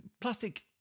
plastic